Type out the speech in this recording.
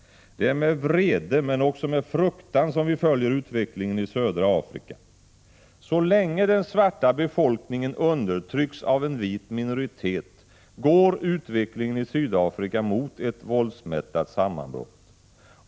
Det är med vrede men också med fruktan som vi följer utvecklingen i södra Afrika. Så länge den svarta befolkningen undertrycks av en vit minoritet går utvecklingen i Sydafrika mot ett våldsmättat sammanbrott.